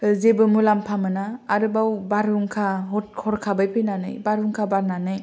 जेबो मुलाम्फा मोना आरोबाव बारहुंखा हरखाबै फैनानै बारहुंखा बारनानै